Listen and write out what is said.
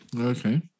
Okay